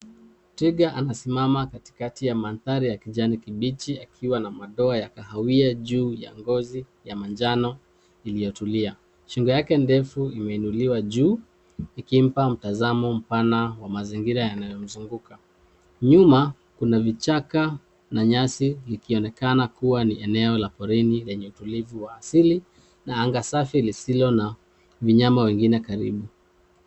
Twiga anasimama katikati ya mandhari ya kijani kibichi akiwa na madoa ya kahawia juu ya ngozi ya manjano iliyotulia. Shingo yake ndefu imeinuliwa juu, ikimpa mtanzamo mpana wa mazingira yanayomzunguka. Nyuma, kuna vichaka na nyasi likionekana kuwa ni eneo la porini lenye utulivu wa asili, na anga safi lisilo na wanyama wengine karibu.